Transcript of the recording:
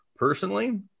Personally